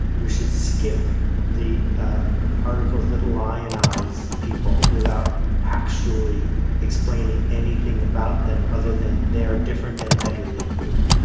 you should skip the articles that lionize people without actually explaining anything about them other than they are different and better than you.